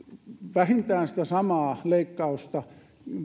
vähintään sitä samaa leikkausta